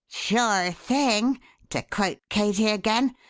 sure thing to quote katie again.